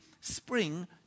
spring